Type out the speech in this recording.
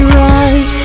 right